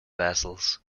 vessels